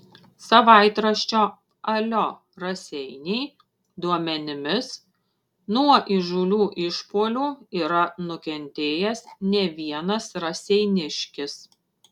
savaitraščio alio raseiniai duomenimis nuo įžūlių išpuolių yra nukentėjęs ne vienas raseiniškis